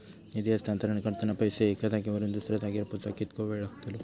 निधी हस्तांतरण करताना पैसे एक्या जाग्यावरून दुसऱ्या जाग्यार पोचाक कितको वेळ लागतलो?